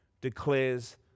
declares